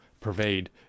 pervade